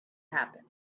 happen